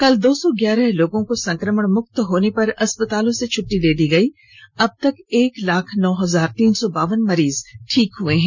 कल दो सौ ग्यारह लोगों को संक्रमण मुक्त होने पर अस्पताल से छुट्टी मिली है अबतक एक लाख नौ हजार तीन सौ बावन मरीज ठीक हुए हैं